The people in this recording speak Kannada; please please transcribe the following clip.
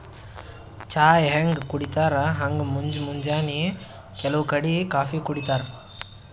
ಚಾ ಹ್ಯಾಂಗ್ ಕುಡಿತರ್ ಹಂಗ್ ಮುಂಜ್ ಮುಂಜಾನಿ ಕೆಲವ್ ಕಡಿ ಕಾಫೀ ಕುಡಿತಾರ್